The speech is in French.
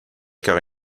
car